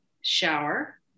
shower